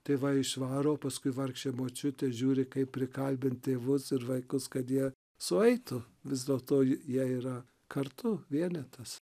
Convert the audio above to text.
tėvai išvaro paskui vargšė močiutė žiūri kaip prikalbint tėvus ir vaikus kad jie sueitų vis dėlto jie yra kartu vienetas